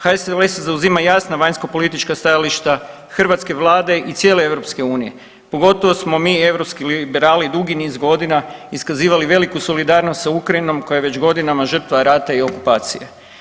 HSLS zauzima jasna vanjskopolitička stajališta hrvatske Vlade i cijele EU, pogotovo smo mi europski liberali dugi niz godina iskazivali veliku solidarnost sa Ukrajinom koja je već godinama žrtva rata i okupacije.